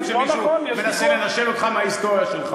כשמישהו מנסה לנשל אותך מההיסטוריה שלך.